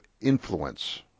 influence